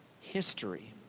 history